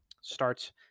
starts